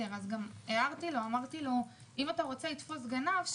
ולכן הערתי לו שאם הוא רוצה לתפוס גנב,